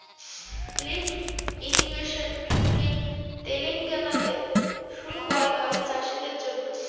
lift irrigation scheme তেলেঙ্গানাতে শুরু করা হয় চাষীদের জন্য